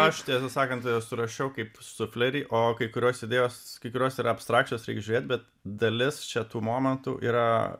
aš tiesą sakant e surašau kaip suflerį o kai kurios idėjos kai kurios yra abstrakčios reikia žiūrėt bet dalis čia tų momentų yra